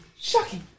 Shocking